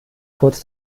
kurz